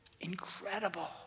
Incredible